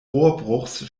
rohrbruchs